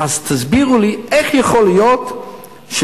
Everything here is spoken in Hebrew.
אז תסבירו לי איך יכול להיות שבמשא-ומתן,